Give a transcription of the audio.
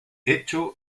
hecho